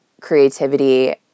creativity